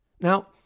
Now